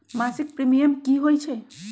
मासिक प्रीमियम की होई छई?